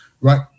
right